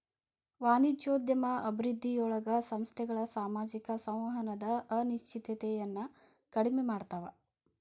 ವಾಣಿಜ್ಯೋದ್ಯಮ ಅಭಿವೃದ್ಧಿಯೊಳಗ ಸಂಸ್ಥೆಗಳ ಸಾಮಾಜಿಕ ಸಂವಹನದ ಅನಿಶ್ಚಿತತೆಯನ್ನ ಕಡಿಮೆ ಮಾಡ್ತವಾ